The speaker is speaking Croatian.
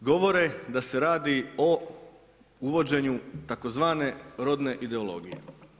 I govore da se radi o uvođenju tzv. rodne ideologije.